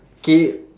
K